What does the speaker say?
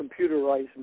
computerized